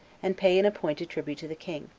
and pay an appointed tribute to the king.